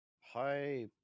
Hi